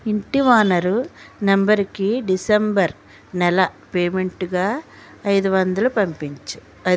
ఇంటి ఓనరు నంబరుకి డిసెంబర్ నెల పేమెంటుగా ఐదు వందలు పంపించు